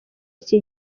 iki